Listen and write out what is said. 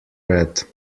red